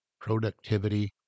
productivity